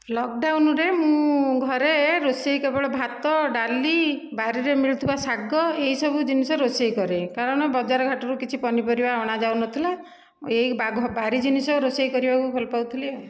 ଲକ୍ଡ଼ାଉନ୍ରେ ମୁଁ ଘରେ ରୋଷେଇ କେବଳ ଭାତ ଡାଲି ବାରିରେ ମିଳୁଥିବା ଶାଗ ଏହିସବୁ ଜିନିଷ ରୋଷେଇ କରେ କାରଣ ବଜାର ଘାଟରୁ କିଛି ପନିପରିବା ଅଣାଯାଉନଥିଲା ଏଇ ବାଘ ବାରି ଜିନିଷ ରୋଷେଇ କରିବାକୁ ଭଲ ପାଉଥିଲି ଆଉ